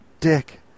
dick